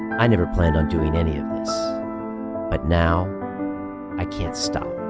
i never planned on doing any of this, but now i can't stop.